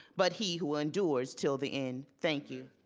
but he who endures till the end, thank you.